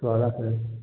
so அதான் sir